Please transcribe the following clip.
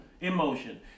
emotion